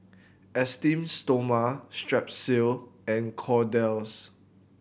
Esteem Stoma Strepsils and Kordel's